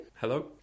Hello